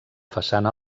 façana